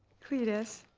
cletus.